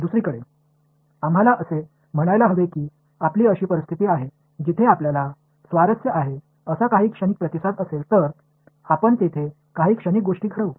दुसरीकडे आम्हाला असे म्हणायला हवे की आपली अशी परिस्थिती आहे जिथे आपल्याला स्वारस्य आहे असा काही क्षणिक प्रतिसाद असेल तर आपण तेथे काही क्षणिक गोष्टी घडवू